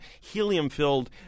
helium-filled